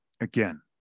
Again